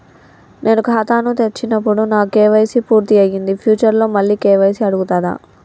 నేను ఖాతాను తెరిచినప్పుడు నా కే.వై.సీ పూర్తి అయ్యింది ఫ్యూచర్ లో మళ్ళీ కే.వై.సీ అడుగుతదా?